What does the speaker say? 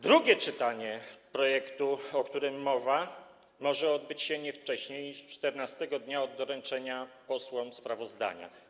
Drugie czytanie projektu, o którym mowa, może odbyć się nie wcześniej niż 14. dnia od dnia doręczenia posłom sprawozdania.